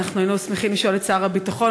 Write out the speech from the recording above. אנחנו היינו שמחים לשאול את שר הביטחון,